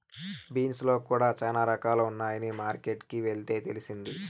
beans లో కూడా చానా రకాలు ఉన్నాయని మార్కెట్ కి వెళ్తే తెలిసింది